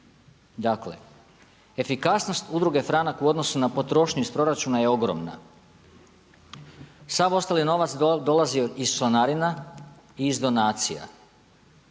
Dakle efikasnost Udruge Franak u odnosu na potrošnju iz proračuna je ogromna, sav ostali novac dolazi joj iz članarina i iz donacija.